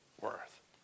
worth